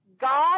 God